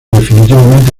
definitivamente